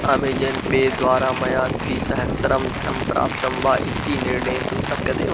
Amazon Pay द्वारा मया त्रिसहस्रं धनं प्राप्तं वा इति निर्णेतुं शक्यते वा